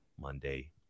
Monday